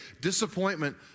Disappointment